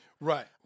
Right